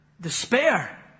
despair